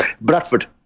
Bradford